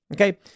okay